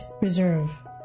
reserve